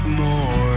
more